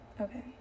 okay